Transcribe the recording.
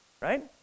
right